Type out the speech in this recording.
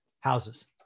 houses